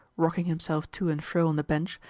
rocking himself to and fro on the bench,